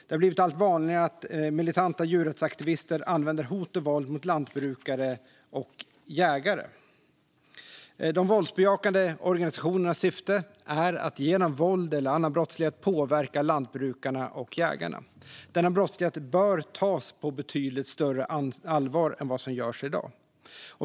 Det har blivit allt vanligare att militanta djurrättsaktivister använder hot och våld mot lantbrukare och jägare. De våldsbejakande organisationernas syfte är att genom våld eller annan brottslighet påverka lantbrukarna och jägarna. Denna brottslighet bör tas på betydligt större allvar än i dag.